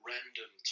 random